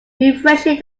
refreshing